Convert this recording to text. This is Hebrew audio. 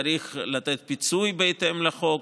צריך לתת פיצוי בהתאם לחוק,